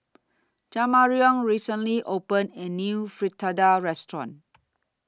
Jamarion recently opened A New Fritada Restaurant